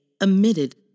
emitted